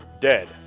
Dead